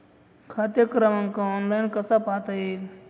खाते क्रमांक ऑनलाइन कसा पाहता येईल?